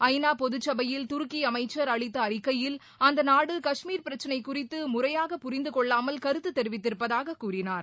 ஐநா பொதுச்சபையில் துருக்கி அமைச்சர் அளித்த அறிக்கையில் அந்த நாடு கஷ்மீர் பிரச்சனை குறித்து முறையாக புரிந்துகொள்ளாமல் கருத்து தெரிவித்திருப்பதாக கூறினார்